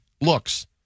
looks